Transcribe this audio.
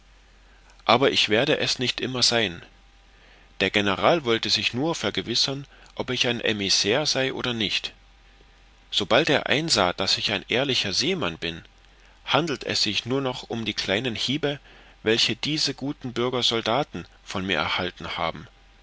aber ich werde es nicht immer sein der general wollte sich nur vergewissern ob ich ein emissair sei oder nicht sobald er einsah daß ich ein ehrlicher seemann bin handelt es sich nur noch um die kleinen hiebe welche diese guten bürger soldaten von mir erhalten haben